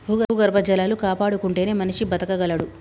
భూగర్భ జలాలు కాపాడుకుంటేనే మనిషి బతకగలడు